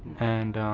and,